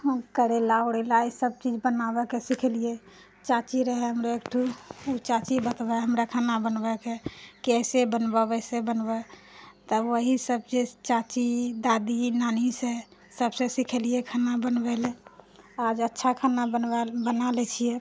करैला उरैला ई सब चीज बनाबैके सिखलिए चाची रहै हमरा एकठो ओ चाची बतबै हमरा खाना बनबैके कइसे बनबै छै बनबै तब ओहिसबके जे चाची दादी नानीसँ सबसँ सिखलिए खाना बनबैलए आज अच्छा खाना बना लै छिए